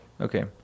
Okay